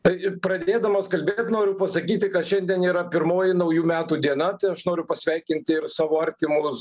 taigi pradėdamas kalbėt noriu pasakyti kad šiandien yra pirmoji naujų metų diena tai aš noriu pasveikinti ir savo artimus